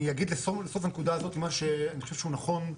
אני אגיד לסוף הנקודה הזאת מה שאני חושב שהוא נכון,